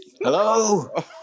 Hello